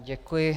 Děkuji.